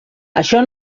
això